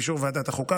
באישור ועדת החוקה,